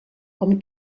com